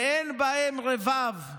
ואין בהם רבב.